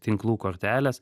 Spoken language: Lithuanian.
tinklų kortelės